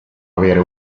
avere